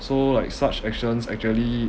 so like such actions actually